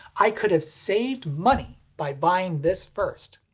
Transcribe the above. i could have saved money by buying this first.